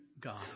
God